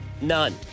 None